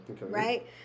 right